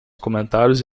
comentários